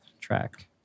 track